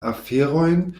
aferojn